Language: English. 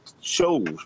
shows